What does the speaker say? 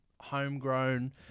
homegrown